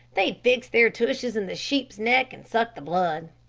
they'd fix their tushes in the sheep's neck and suck the blood.